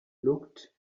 looked